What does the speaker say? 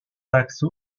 axes